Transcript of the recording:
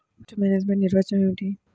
Pest management నిర్వచనం ఏమిటి?